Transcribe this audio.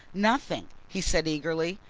nothing he said eagerly.